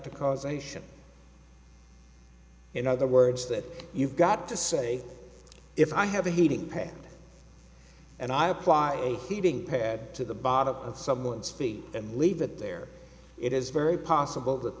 the causation in other words that you've got to say if i have a heating pad and i apply a heating pad to the bottom of some wind speed and leave it there it is very possible that